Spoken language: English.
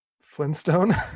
Flintstone